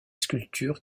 sculptures